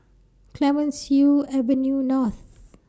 Clemenceau Avenue North